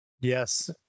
Yes